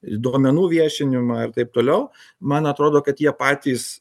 duomenų viešinimą ir taip toliau man atrodo kad jie patys